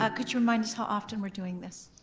ah could you remind us how often we're doing this?